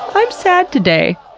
i'm sad today!